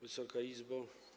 Wysoka Izbo!